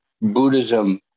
buddhism